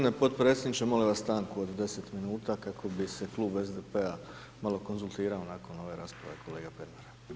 Ne, g. potpredsjedniče, molim vas stanku od 10 minuta, kako bi se klub SDP-a malo konzultirao nakon ove rasprave kolege Pernara.